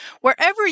Wherever